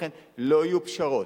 לכן, לא יהיו פשרות.